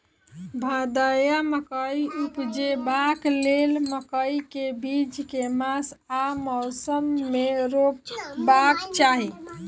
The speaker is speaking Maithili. भदैया मकई उपजेबाक लेल मकई केँ बीज केँ मास आ मौसम मे रोपबाक चाहि?